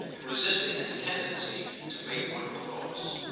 in resisting its tendency to make one cross.